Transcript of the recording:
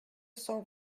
cent